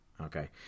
Okay